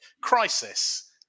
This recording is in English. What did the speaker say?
Crisis